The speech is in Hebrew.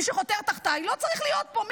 מי שחותר תחתיי, לא צריך להיות פה.